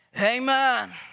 Amen